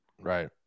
right